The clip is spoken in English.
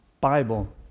Bible